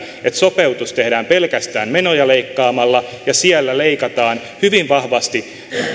että sopeutus tehdään pelkästään menoja leikkaamalla ja leikataan hyvin vahvasti